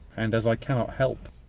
and as i cannot help,